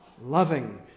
loving